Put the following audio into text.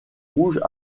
rouges